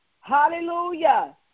Hallelujah